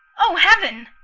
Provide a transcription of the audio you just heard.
o heaven!